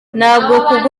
ntabwo